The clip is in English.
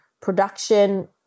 production